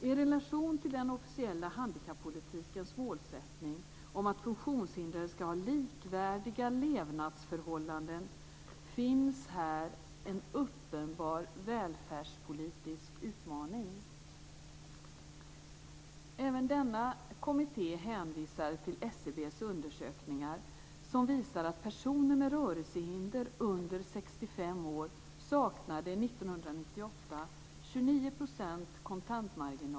I relation till den officiella handikappolitikens målsättning, att funktionshindrade ska ha likvärdiga levnadsförhållanden, finns här en uppenbar välfärdspolitisk utmaning. Även denna kommitté hänvisar till kontantmarginaler 1998.